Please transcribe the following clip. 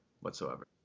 whatsoever